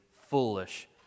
foolish